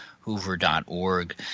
hoover.org